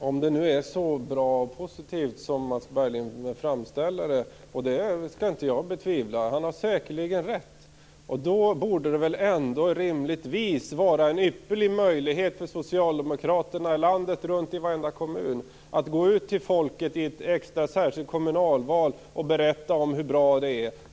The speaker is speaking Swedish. Fru talman! Om det nu är så positivt och bra som Mats Berglind framställer läget - jag skall inte betvivla det; han har säkerligen rätt - borde det rimligtvis finnas en ypperlig möjlighet för socialdemokraterna landet runt, i varenda kommun, att gå ut till folket i ett särskilt kommunalval och berätta hur bra det är.